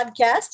Podcast